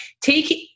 Take